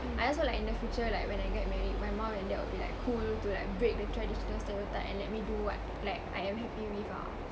I also like in the future like when I get married my mom and dad will be like cool to like break the traditional stereotype and let me do what like I am happy with ah